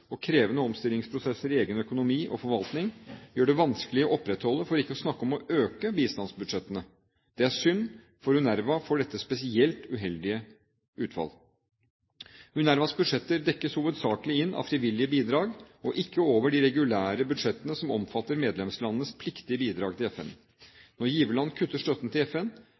og krevende omstillingsprosesser i egen økonomi og forvaltning gjør det vanskelig å opprettholde – for ikke å snakke om å øke – bistandsbudsjettene. Det er synd, og for UNRWA får dette spesielt uheldige utfall. UNRWAs budsjetter dekkes hovedsakelig inn av frivillige bidrag, og ikke over de regulære budsjettene som omfatter medlemslandenes pliktige bidrag til FN. Når giverland kutter støtten til FN,